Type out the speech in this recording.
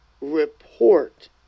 report